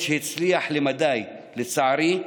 הניסיון, שהצליח למדי, לצערי,